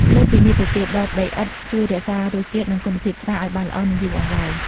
លើសពីនេះទៅទៀតដបដីឥដ្ឋជួយរក្សារសជាតិ និងគុណភាពស្រាឱ្យបានល្អ និងយូរអង្វែង។